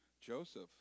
Joseph